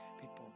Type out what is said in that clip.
people